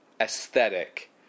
aesthetic